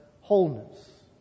wholeness